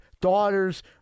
daughters